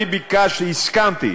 אני ביקשתי, הסכמתי